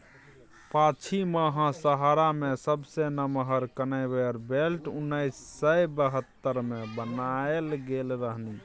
पछिमाहा सहारा मे सबसँ नमहर कन्वेयर बेल्ट उन्नैस सय बहत्तर मे बनाएल गेल रहनि